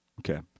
Okay